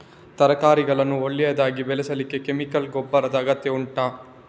ತರಕಾರಿಗಳನ್ನು ಒಳ್ಳೆಯದಾಗಿ ಬೆಳೆಸಲಿಕ್ಕೆ ಕೆಮಿಕಲ್ ಗೊಬ್ಬರದ ಅಗತ್ಯ ಉಂಟಾ